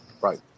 Right